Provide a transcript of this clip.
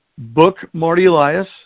bookmartyelias